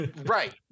Right